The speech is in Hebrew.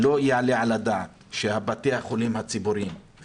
לא יעלה על הדעת שבתי החולים הציבוריים,